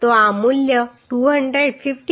તો આ મૂલ્ય 255